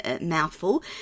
mouthful